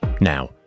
Now